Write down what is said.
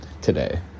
today